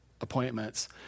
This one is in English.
appointments